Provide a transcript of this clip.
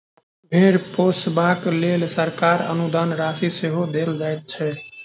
भेंड़ पोसबाक लेल सरकार अनुदान राशि सेहो देल जाइत छै